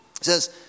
says